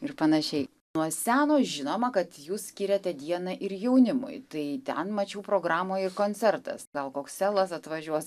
ir panašiai nuo seno žinoma kad jūs skiriate dieną ir jaunimui tai ten mačiau programoj koncertas gal koks selas atvažiuos